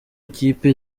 ikipe